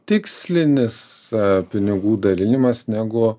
tikslinis pinigų dalinimas negu